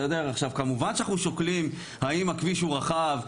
כמובן שאנחנו שוקלים האם הכביש הוא רחב,